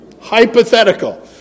Hypothetical